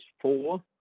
four